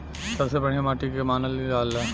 सबसे बढ़िया माटी के के मानल जा?